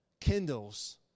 kindles